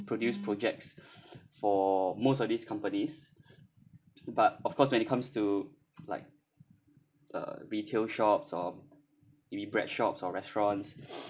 produced projects for most of these companies but of course when it comes to like uh retail shops or maybe bread shops or restaurants